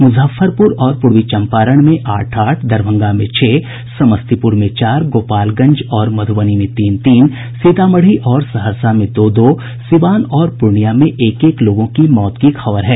मुजफ्फरपुर और पूर्वी चम्पारण में आठ आठ दरभंगा में छह समस्तीपुर में चार गोपालगंज और मधुबनी में तीन तीन सीतामड़ी और सहरसा में दो दो सीवान और पूर्णियां में एक एक लोगों की मौत की खबर है